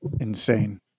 Insane